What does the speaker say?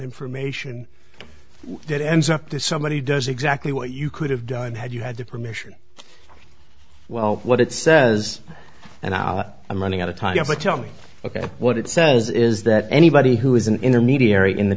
information that ends up to somebody does exactly what you could have done had you had to permission well what it says and i'll i'm running out of time but tell me ok what it says is that anybody who is an intermediary in the